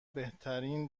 بهترین